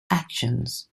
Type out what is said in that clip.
actions